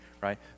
right